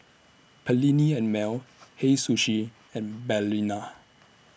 Perllini and Mel Hei Sushi and Balina